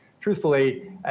truthfully